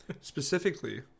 Specifically